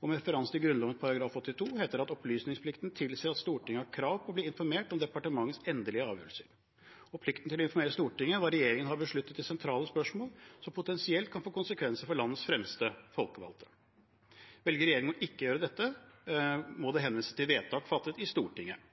og med referanse til Grunnloven § 82 heter det at opplysningsplikten tilsier at Stortinget har krav på å bli informert om departementets endelige avgjørelser. Regjeringen har plikt til å informere Stortinget om hva regjeringen har besluttet i sentrale spørsmål som potensielt kan få konsekvenser for landets fremste folkevalgte. Velger regjeringen å ikke gjøre dette, må det henvises til vedtak fattet i Stortinget.